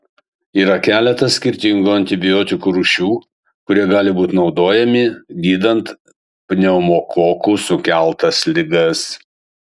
yra keletas skirtingų antibiotikų rūšių kurie gali būti naudojami gydant pneumokokų sukeltas ligas